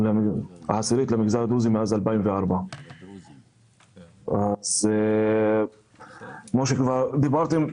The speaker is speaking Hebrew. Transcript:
מאז 2004. כמו שאמרתם,